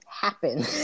happen